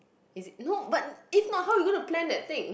is it no but if not you gonna plan that thing